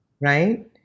right